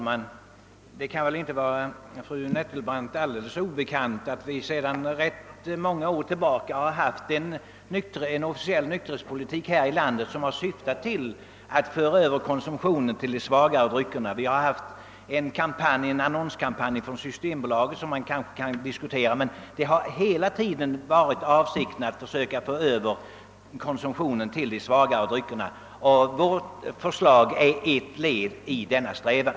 Herr talman! Det kan inte vara fru Nettelbrandt alldeles obekant att vi sedan rätt många år tillbaka här i landet officiellt för en nykterhetspolitik som syftar till att föra över konsumtionen till de svagare dryckerna. Systembolagen har fört en annonskampanj som man kanske kan diskutera, men avsikten har hela tiden varit att försöka få över konsumtionen till de svagare dryckerna. Vårt förslag utgör ett led i denna strävan.